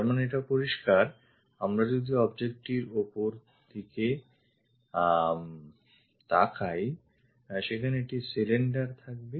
তার মানে এটা পরিস্কার আমরা যদি objectটির ওপর থেকে তাকাই সেখানে একটি সিলিন্ডার থাকবে